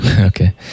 Okay